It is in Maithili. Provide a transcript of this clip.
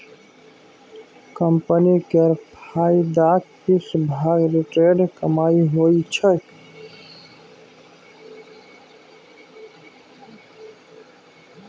कंपनी केर फायदाक किछ भाग रिटेंड कमाइ होइ छै